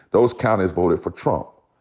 those counties voted for trump.